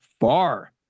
far